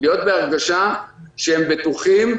להיות בהרגשה שהם בטוחים,